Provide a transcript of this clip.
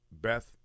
Beth